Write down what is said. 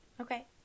Okay